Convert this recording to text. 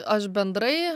aš bendrai